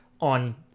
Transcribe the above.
on